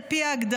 על פי הגדרה,